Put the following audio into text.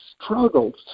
struggled